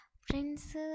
friends